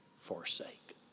forsake